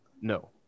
No